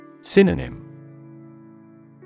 Synonym